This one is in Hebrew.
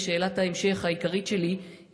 שאלת ההמשך העיקרית שלי: